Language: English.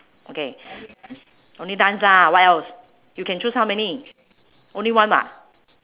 okay only dance lah what else you can choose how many only one [what]